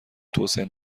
توسعه